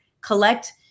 collect